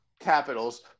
capitals